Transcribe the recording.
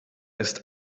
ist